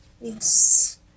Yes